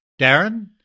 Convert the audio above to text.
Darren